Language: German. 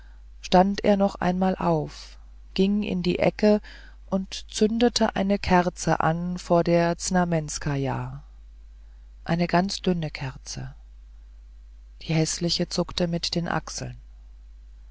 stand er noch einmal auf ging in die ecke und zündete eine kerze an vor der znamenskaja eine ganz dünne kerze die häßliche zuckte mit den achseln